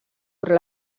però